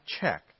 check